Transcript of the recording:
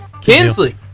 kinsley